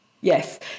yes